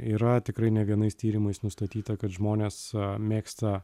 yra tikrai ne vienais tyrimais nustatyta kad žmonės mėgsta